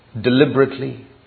Deliberately